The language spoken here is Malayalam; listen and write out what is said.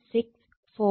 ∅21 എന്നത് 0